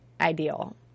ideal